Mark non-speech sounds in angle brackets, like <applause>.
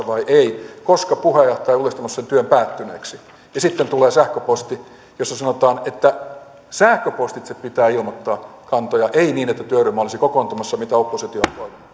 <unintelligible> vai ei koska puheenjohtaja on julistanut sen työn päättyneeksi ja sitten tulee sähköposti jossa sanotaan että sähköpostitse pitää ilmoittaa kantoja ei niin että työryhmä olisi kokoontumassa mitä oppositio